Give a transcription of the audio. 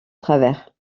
travers